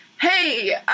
hey